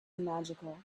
magical